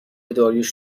داریوش